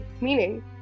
meaning